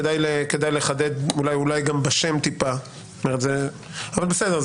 כדאי אולי לחדד בשם טיפה אבל זה בסדר,